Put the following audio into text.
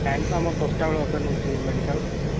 time ତ ଆମର ଦଶଟା ବେଳେ ଓପନ୍ ହେଉଛି ମେଡ଼ିକାଲ୍